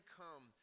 come